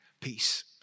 peace